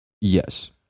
yes